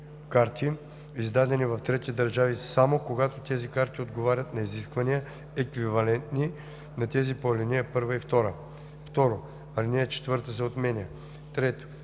карти, издадени в трети държави, само когато тези карти отговарят на изисквания, еквивалентни на тези по ал. 1 и 2.“ 2. Алинея 4 се отменя. 3.